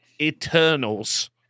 Eternals